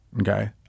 Okay